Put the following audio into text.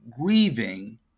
grieving